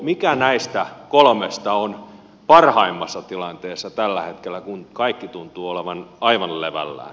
mikä näistä kolmesta on parhaimmassa tilanteessa tällä hetkellä kun kaikki tuntuu olevan aivan levällään